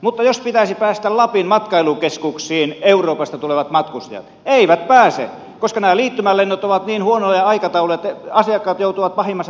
mutta jos pitäisi päästä lapin matkailukeskuksiin euroopasta tulevat matkustajat eivät pääse koska nämä liittymälennot ovat niin huonoja aikatauluiltaan että asiakkaat joutuvat pahimmassa tapauksessa yöpymään täällä